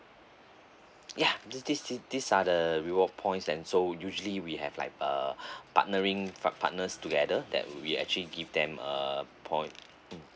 yeah these these these are the reward points then so usually we have like uh partnering par~ partners together that we actually give them uh point